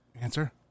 answer